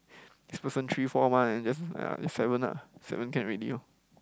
this person three four mah then just ah just seven ah seven can already lor